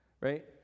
right